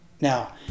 Now